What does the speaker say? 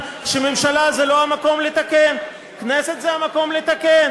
שממשלה זה לא המקום לתקן והכנסת זה המקום לתקן?